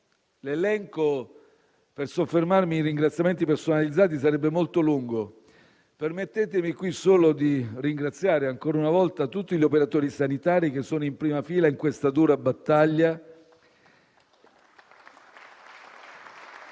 tutti. Per soffermarmi in ringraziamenti personalizzati l'elenco sarebbe molto lungo, permettetemi qui solo di ringraziare, ancora una volta, tutti gli operatori sanitari che sono in prima fila in questa dura battaglia.